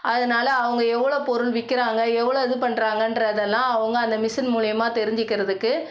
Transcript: அதனால அவங்க எவ்வளோ பொருள் விற்கிறாங்க எவ்வளோ இது பண்ணுறாங்கன்றதெல்லாம் அவங்க அந்த மிஷின் மூலயமா தெரிஞ்சிக்கிறதுக்கு